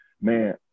man